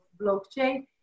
blockchain